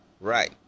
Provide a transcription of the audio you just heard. Right